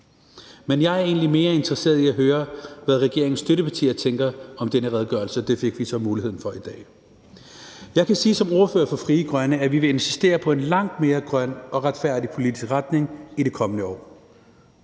Men jeg er egentlig mere interesseret i at høre, hvad regeringens støttepartier tænker om den her redegørelse, og det fik vi så muligheden for i dag. Jeg kan sige som ordfører for Frie Grønne, at vi vil insistere på en langt mere grøn og retfærdig politisk retning i det kommende år.